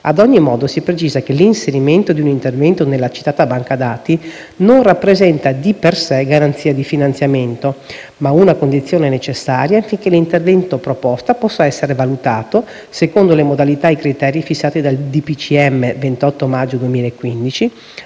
Ad ogni modo, si precisa che l'inserimento di un intervento nella citata banca dati non rappresenta, di per sé, garanzia di finanziamento, ma una condizione necessaria affinché l'intervento proposto possa essere valutato, secondo le modalità ed i criteri fissati dal decreto del